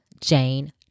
Jane